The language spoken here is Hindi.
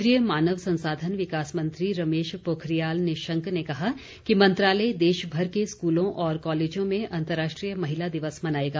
केन्द्रीय मानव संसाधन विकास मंत्री रमेश पोखरियाल निशंक ने कहा कि मंत्रालय देशभर के स्कूलों और कॉलेजों में अंतरराष्ट्रीय महिला दिवस मनाएगा